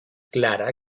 clara